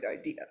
idea